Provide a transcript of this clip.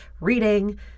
reading